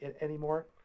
anymore